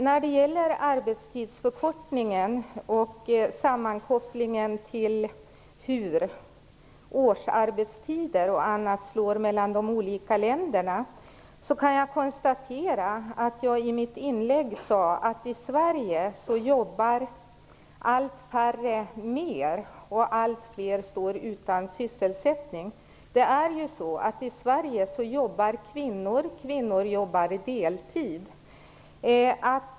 När det gäller arbetstidsförkortningen och kopplingen till hur t.ex. årsarbetstiden slår i de olika länderna kan jag konstatera att jag i mitt inlägg sade att i Sverige jobbar allt färre mer och allt fler står utan sysselsättning. I Sverige jobbar kvinnor deltid.